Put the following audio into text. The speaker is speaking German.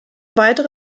weitere